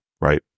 right